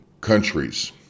countries